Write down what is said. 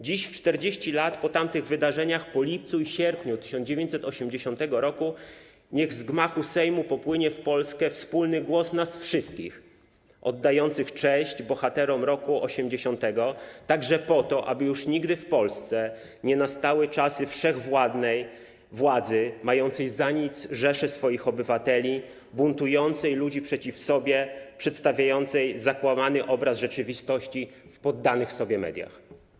Dziś, 40 lat po tamtych wydarzeniach, po Lipcu i Sierpniu 1980 r., niech z gmachu Sejmu popłynie w Polskę wspólny głos nas wszystkich oddających cześć bohaterom roku 1980, także po to, aby już nigdy w Polsce nie nastały czasy wszechwładnej władzy mającej za nic rzeszę swoich obywateli, buntującej ludzi przeciw sobie, przedstawiającej zakłamany obraz rzeczywistości w poddanych sobie mediach.